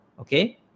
Okay